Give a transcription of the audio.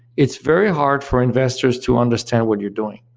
it's very hard for investors to understand what you're doing.